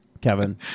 Kevin